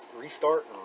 restart